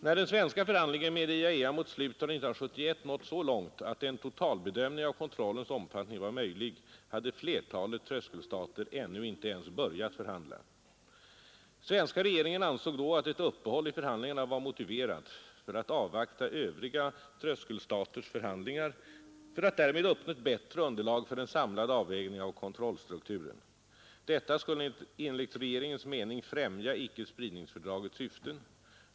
När den svenska förhandlingen med IAEA mot slutet av 1971 nått så långt att en totalbedömning av kontrollens omfattning var möjlig, hade flertalet tröskelstater ännu inte ens börjat förhandla. Svenska regeringen ansåg då att ett uppehåll i förhandlingarna var motiverat för att avvakta övriga tröskelstaters förhandlingar och därmed uppnå ett bättre underlag för en samlad avvägning av kontrollstrukturen. Detta skulle enligt regeringens mening främja icke-spridningsfördragets syften.